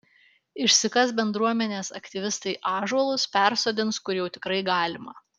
išsikas bendruomenės aktyvistai ąžuolus persodins kur jau tikrai galima